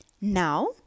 Now